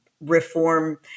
reform